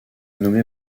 nommé